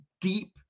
deep